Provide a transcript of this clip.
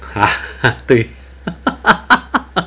对